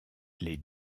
les